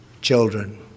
children